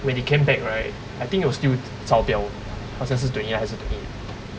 when he came back right I think it was still 超标好像是 twenty eight 还是 twenty eight